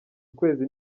ukwezi